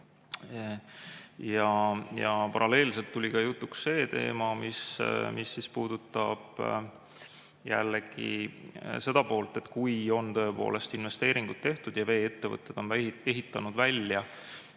Paralleelselt tuli jutuks see teema, mis puudutab jällegi seda poolt, et kui on tõepoolest investeeringud tehtud ja vee‑ettevõtted on ehitanud välja